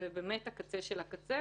זה קורה רק בקצה,